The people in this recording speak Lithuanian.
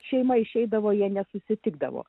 šeima išeidavo jie nesusitikdavo